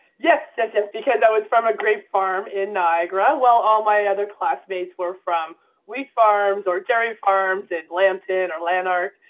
yes, because that was from a grape farm in niagara while all my other classmates were from wheat farms or dairy farms at lambton or lanark.